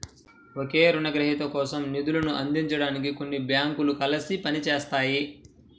ఒకే రుణగ్రహీత కోసం నిధులను అందించడానికి కొన్ని బ్యాంకులు కలిసి పని చేస్తాయి